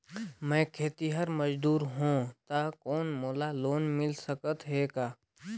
मैं खेतिहर मजदूर हों ता कौन मोला लोन मिल सकत हे का?